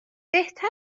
بهتر